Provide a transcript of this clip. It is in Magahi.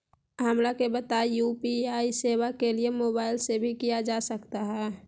हमरा के बताइए यू.पी.आई सेवा के लिए मोबाइल से भी किया जा सकता है?